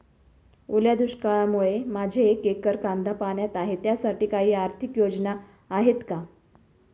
ओल्या दुष्काळामुळे माझे एक एकर कांदा पाण्यात आहे त्यासाठी काही आर्थिक योजना आहेत का?